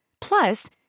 Plus